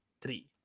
three